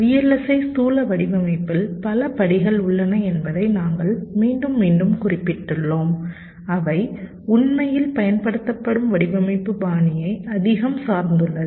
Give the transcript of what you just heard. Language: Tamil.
VLSI ஸ்தூல வடிவமைப்பில் பல படிகள் உள்ளன என்பதை நாங்கள் மீண்டும் மீண்டும் குறிப்பிட்டுள்ளோம் அவை உண்மையில் பயன்படுத்தப்படும் வடிவமைப்பு பாணியை அதிகம் சார்ந்துள்ளது